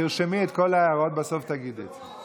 תרשמי את כל ההערות, ובסוף תגידי את זה.